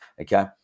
okay